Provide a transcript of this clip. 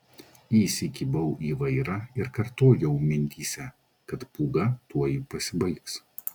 įsikibau į vairą ir kartojau mintyse kad pūga tuoj pasibaigs